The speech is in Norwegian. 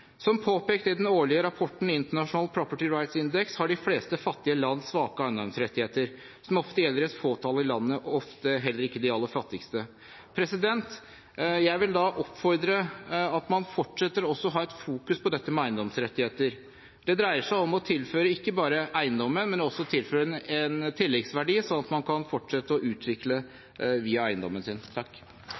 Som påpekt i den årlige rapporten International Property Rights Index har de fleste fattige land svake eiendomsrettigheter, som ofte gjelder et fåtall i landet og ofte heller ikke de aller fattigste. Jeg vil da oppfordre til at man fortsetter også å fokusere på dette med eiendomsrettigheter. Det dreier seg om å tilføre ikke bare eiendommene, men også å tilføre en tilleggsverdi sånn at man kan fortsette å utvikle via eiendommen sin. Takk